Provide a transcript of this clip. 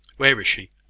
where is she?